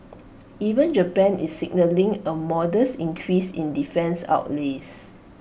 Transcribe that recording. even Japan is signalling A modest increase in defence outlays